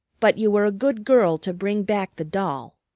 but you were a good girl to bring back the doll.